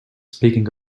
speaking